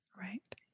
Right